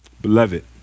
Beloved